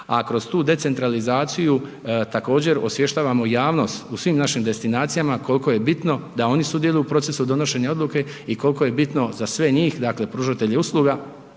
a kroz tu decentralizaciju također osvještavamo javnost u svim našim destinacijama koliko je bitno da oni sudjeluju u procesu donošenja odluke i koliko je bitno za sve njih, dakle pružatelje usluga